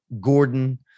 Gordon